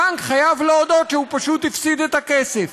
הבנק חייב להודות שהוא פשוט הפסיד את הכסף".